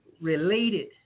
related